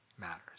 matters